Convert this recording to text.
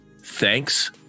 Thanks